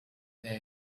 there